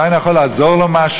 אולי אני יכול לעזור לו במשהו,